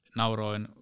nauroin